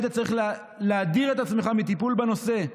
היית צריך להדיר את עצמך מטיפול בנושא.